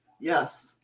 Yes